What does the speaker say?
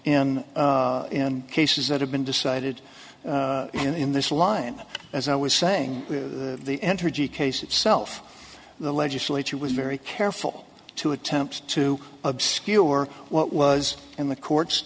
in cases that have been decided in this line as i was saying the entergy case itself the legislature was very careful to attempt to obscure what was in the courts